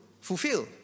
fulfill